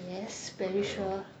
yes very sure